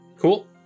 Cool